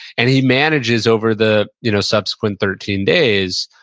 and he manages over the you know subsequent thirteen days,